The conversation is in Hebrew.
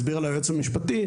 הסבירה לי היועצת המשפטית.